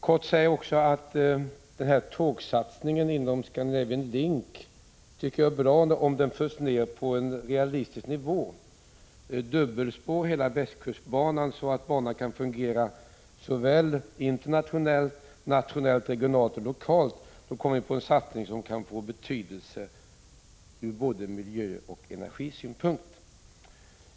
Helt kort vill jag säga att tågsatsningen inom Scandinavian Link tycker jag är bra, om den förs ner på en realistisk nivå. Dubbelspår för hela västkustbanan, så att banan kan fungera såväl internationellt som nationellt, Prot. 1985/86:110 regionalt och lokalt, skulle innebära en satsning som får betydelse ur både 7 april 1986 miljösynpunkt och energisynpunkt.